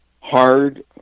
hard